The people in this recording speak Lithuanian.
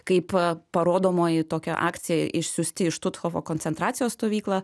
kaip parodomoji tokia akcija išsiųsti į štuthofo koncentracijos stovyklą